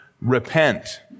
repent